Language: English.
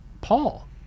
Paul